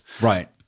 right